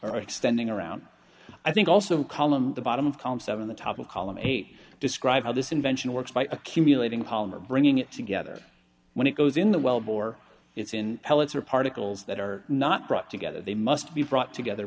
or extending around i think also column the bottom of column seven the top of column eight describe how this invention works by accumulating polymer bringing it together when it goes in the wellbore it's in pellets or particles that are not brought together they must be brought together